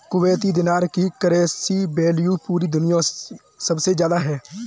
Kuwaiti दीनार की currency value पूरी दुनिया मे सबसे ज्यादा है